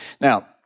Now